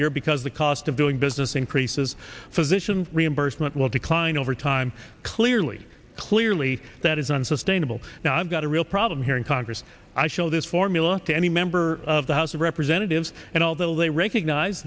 year because the cost of doing business increases physician reimbursement will decline over time clearly clearly that is unsustainable now i've got a real problem here in congress i show this formula to any member of the house of representatives and although they recognize